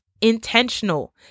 intentional